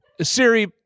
Siri